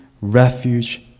refuge